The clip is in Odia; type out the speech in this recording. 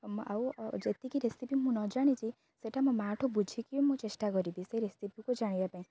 ଆଉ ଯେତିକି ରେସିପି ମୁଁ ନ ଜାଣିଛି ସେଇଟା ମୋ ମା' ଠୁ ବୁଝିକରି ମୁଁ ଚେଷ୍ଟା କରିବି ସେ ରେସିପିକୁ ଜାଣିବା ପାଇଁ